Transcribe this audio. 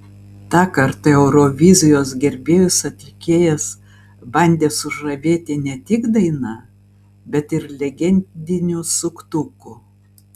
tąkart eurovizijos gerbėjus atlikėjas bandė sužavėti ne tik daina bet ir legendiniu suktuku